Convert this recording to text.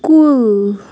کُل